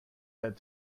set